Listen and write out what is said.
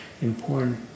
important